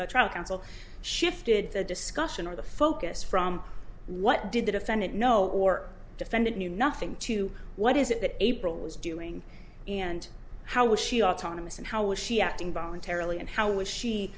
shifted trial counsel shifted the discussion or the focus from what did the defendant know or defendant knew nothing to what is it that april was doing and how was she autonomous and how was she acting voluntarily and how was she